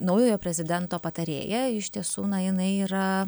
naujojo prezidento patarėja iš tiesų na jinai yra